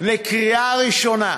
לקריאה ראשונה,